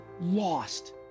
lost